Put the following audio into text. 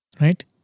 right